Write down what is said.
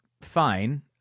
fine